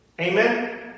Amen